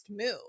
move